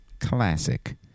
classic